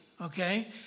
okay